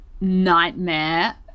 nightmare